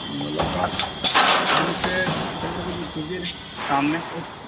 ملاقات ہم سے شام میں